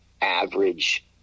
average